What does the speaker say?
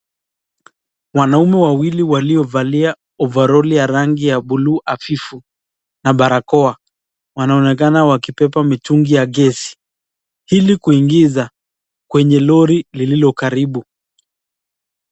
Wanaume wawili waliovalia ovaroli ya rangi ya buluu hafifu na barakoa wanaonekana wakibeba mitungi ya gesi ili kuingiza kwenye lori lililo karibu.